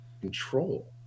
control